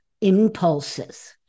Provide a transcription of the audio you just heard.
impulses